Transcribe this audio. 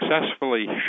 successfully